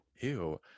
Ew